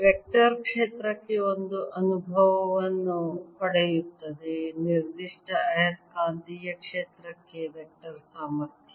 vector ಕ್ಷೇತ್ರಕ್ಕೆ ಒಂದು ಅನುಭವವನ್ನು ಪಡೆಯುವುದು ನಿರ್ದಿಷ್ಟ ಆಯಸ್ಕಾಂತೀಯ ಕ್ಷೇತ್ರಕ್ಕೆ ವೆಕ್ಟರ್ ಸಾಮರ್ಥ್ಯ